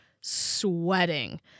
sweating